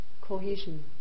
cohesion